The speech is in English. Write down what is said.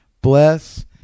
Bless